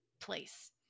place